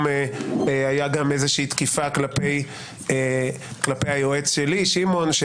הייתה גם איזושהי תקיפה כלפי היועץ שלי, שמעון.